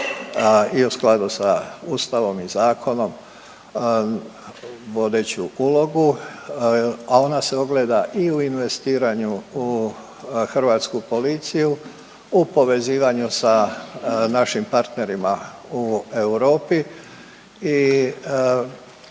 i u skladu sa Ustavom i zakonom vodeću ulogu, a ona se ogleda i u investiranju u Hrvatsku policiju, u povezivanju sa našim partnerima u Europi i ove